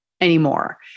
anymore